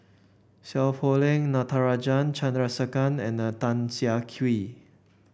Seow Poh Leng Natarajan Chandrasekaran and Tan Siah Kwee